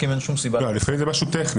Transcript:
ואין שום סיבה --- לפעמים זה משהו טכני,